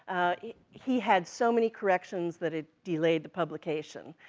he had so many corrections that it delayed the publication.